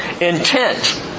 intent